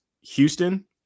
Houston